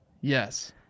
Yes